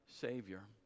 Savior